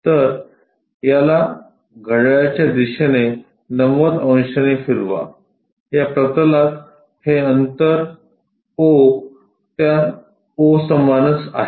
तर याला घड्याळाच्या दिशेने 90 अंशांनी फिरवा या प्रतलात हे अंतर o त्या o समानच आहे